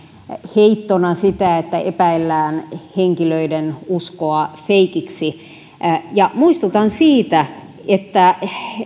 heittona sitä että epäillään henkilöiden uskoa feikiksi muistutan siitä että